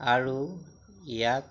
আৰু ইয়াক